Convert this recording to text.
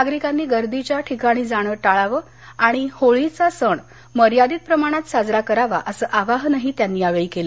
नागरिकांनी गर्दीच्या ठिकाणी जाणं टाळावं आणि होळीचा सण मर्यादित प्रमाणात साजरा करावा असं आवाहनही त्यांनी यावेळी केलं